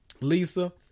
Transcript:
Lisa